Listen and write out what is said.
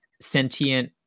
sentient